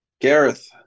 Gareth